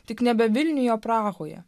tik nebe vilniuje prahoje